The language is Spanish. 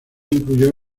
incluyó